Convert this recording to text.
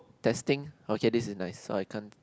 testing okay this is nice so I can't